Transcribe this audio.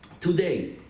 Today